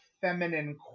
feminine